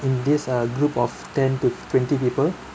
in this uh group of ten to twenty people